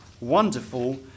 wonderful